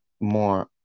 more